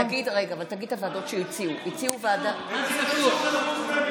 מה זה קשור לחוץ וביטחון?